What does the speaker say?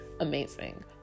amazing